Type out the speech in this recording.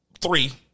three